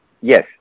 yes